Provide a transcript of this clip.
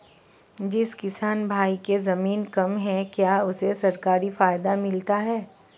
जिस किसान भाई के ज़मीन कम है क्या उसे सरकारी फायदा मिलता है?